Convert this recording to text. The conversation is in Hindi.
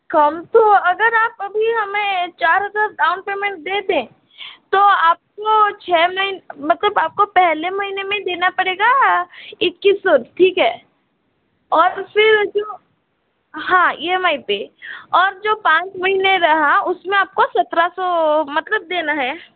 कम तो अगर आप हमें अभी चार हजार रुपया डाउन पेमेंट दे दें तो आपको छह मही मतलब आपको पहले महीने में देना पड़ेगा इक्कीस सौ ठीक है और फिर जो हाँ ई एम आई पर और जो पाँच महीने रहा उसमे आपको सत्रह सौ मतलब देना है